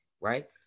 right